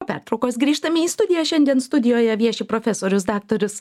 pertraukos grįžtame į studiją šiandien studijoje vieši profesorius daktaras